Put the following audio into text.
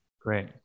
Great